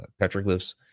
petroglyphs